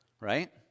right